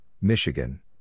Michigan